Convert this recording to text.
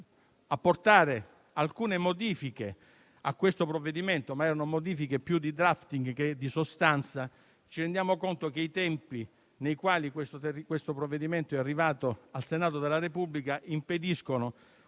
apportare alcune modifiche al provvedimento in esame (modifiche più di *drafting* che di sostanza), ci rendiamo conto che i tempi nei quali è arrivato al Senato della Repubblica impediscono